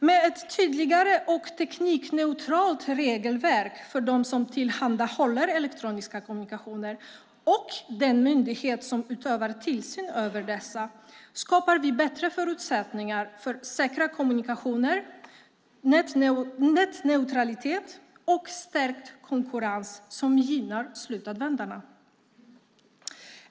Med ett tydligare och teknikneutralt regelverk för dem som tillhandahåller elektroniska kommunikationer och den myndighet som utövar tillsyn över dessa skapar vi bättre förutsättningar för säkra kommunikationer, nätneutralitet och stärkt konkurrens som gynnar slutanvändarna.